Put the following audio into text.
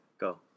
Go